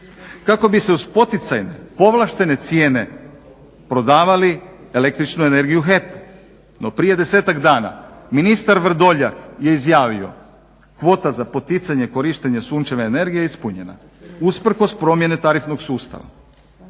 kako bi se uz poticajne, povlaštene cijene prodavali električnu energiju HEP-u. No prije desetak dana ministar Vrdoljak je izjavio, kvota za poticanje i korištenje sunčeve energije je ispunjena usprkos promjene tarifnog sustava.